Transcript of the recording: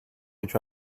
have